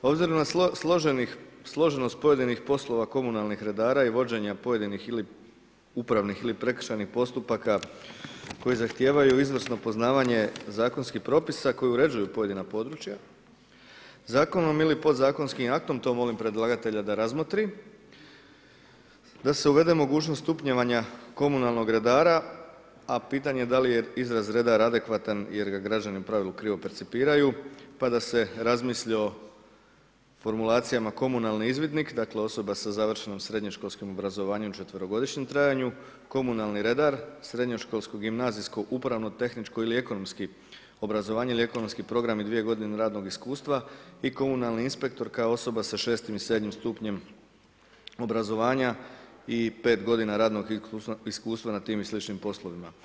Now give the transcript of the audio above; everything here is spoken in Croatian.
Obzirom na složenost pojedinost poslova komunalnih redara i vođenje pojedinih ili upravnih ili prekršajnih postupaka, koji zahtijevaju izvrsno poznavanje zakonskih propisa koji uređuju pojedina područja zakonom ili podzakonskim aktom, to molim predlagatelja da razmotri, da se uvede mogućnost stupnjevanja komunalnog redara, a pitanje je da li je izraz redar adekvatan, jer ga građani u pravilu krivu percipiraju, pa da se razmisli o formulacijama komunalni izvidnik, dakle, osoba sa završenom srednjoškolskom obrazovanju u četverogodišnjem trajanju, komunalni redar, srednjoškolskog gimnazijskog upravno tehnički ili ekonomski obrazovanje ili ekonomski program i 2 g. radnog iskustva i komunalni inspektor kao osoba za 6 ili 7 stupnjem obrazovanja i 5 g. radnog iskustva na tim ili sličnim poslovima.